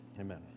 Amen